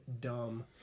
dumb